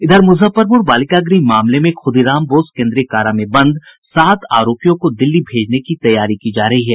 इधर मुजफ्फरपुर बालिका गृह मामले में खुदीराम बोस केन्द्रीय कारा में बंद सात आरोपियों को दिल्ली भेजने की तैयारी की जा रही है